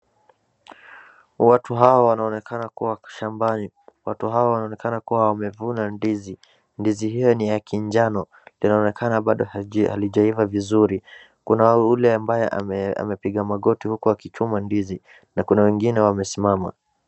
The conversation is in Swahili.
Watu hawa wanaonekana kuwa shambani. Watu hawa wanaonekana kuwa wamevuna ndizi, ndizi hiyo ni ya kijano inaonekana bado haijaivaa vizuri kuna yule ambaye amepiga magoti huku akichoma ndizi na kuna wengine wamesimama.